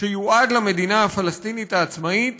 שיועד למדינה הפלסטינית העצמאית